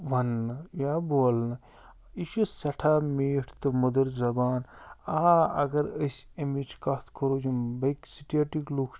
وَننہٕ یا بولنہٕ یہِ چھِ سٮ۪ٹھاہ میٖٹھ تہٕ مٔدٕر زبان آ اگر أسۍ اَمِچ کتھ کرو یِم بیٚیہِ سِٹیٹِکۍ لُکھ چھِ